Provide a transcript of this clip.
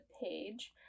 page